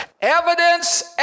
Evidence